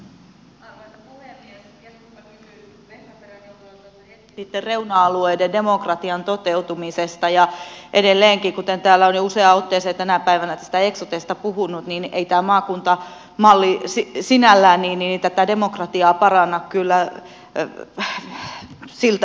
keskusta kysyi vehkaperän johdolla tuossa hetki sitten reuna alueiden demokratian toteutumisesta ja edelleenkin sanon kuten täällä olen jo useaan otteeseen tänä päivänä eksotesta puhunut että ei tämä maakuntamalli sinällään tätä demokratiaa paranna kyllä siltä osin